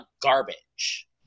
garbage